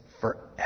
forever